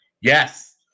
yes